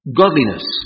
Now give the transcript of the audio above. godliness